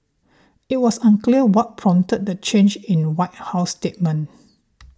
it was unclear what prompted the change in White House statement